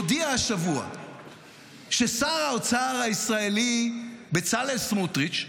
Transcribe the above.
הודיע השבוע ששר האוצר הישראלי בצלאל סמוטריץ'